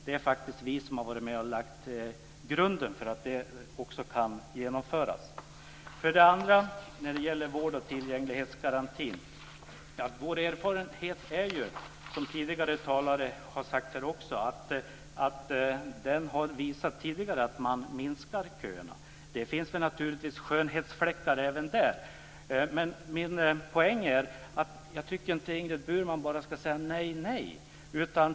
Det är vi som har varit med och lagt grunden för att detta också kan genomföras. När det gäller vård och tillgänglighetsgarantin är vår erfarenhet, som tidigare talare också har sagt, att det tidigare visat sig att köerna minskar. Det finns naturligtvis skönhetsfläckar även där, men min poäng är att jag inte bara tycker att Ingrid Burman ska säga nej.